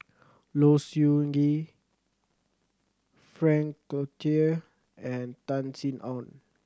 Low Siew Nghee Frank Cloutier and Tan Sin Aun